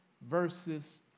versus